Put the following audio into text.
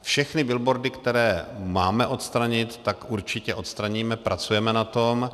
Všechny billboardy, které máme odstranit, určitě odstraníme, pracujeme na tom.